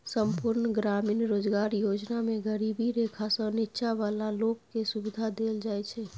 संपुर्ण ग्रामीण रोजगार योजना मे गरीबी रेखासँ नीच्चॉ बला लोक केँ सुबिधा देल जाइ छै